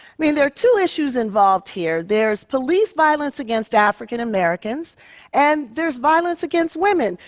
mean, there are two issues involved here. there's police violence against african-americans and there's violence against women.